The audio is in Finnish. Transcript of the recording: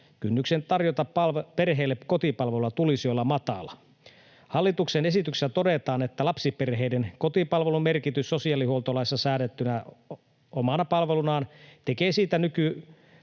kynnyksen tarjota perheille kotipalvelua tulisi olla matala. Hallituksen esityksessä todetaan, että lapsiperheiden kotipalvelun merkitys sosiaalihuoltolaissa säädettynä omana palvelunaan tekee siitä näkyvämmän